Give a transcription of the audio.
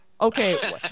okay